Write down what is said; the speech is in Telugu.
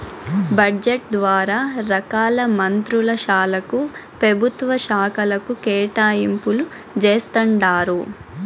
బడ్జెట్ ద్వారా రకాల మంత్రుల శాలకు, పెభుత్వ శాకలకు కేటాయింపులు జేస్తండారు